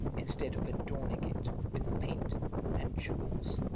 instead of adorning it with paint and jewels